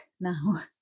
now